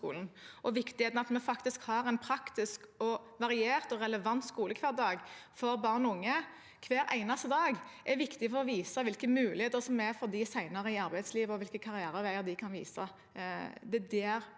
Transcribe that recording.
Det at vi har en praktisk, variert og relevant skolehverdag for barn og unge hver eneste dag, er viktig for å vise hvilke muligheter som er for dem senere i arbeidslivet, og hvilke karriereveier de kan velge.